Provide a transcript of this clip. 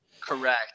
Correct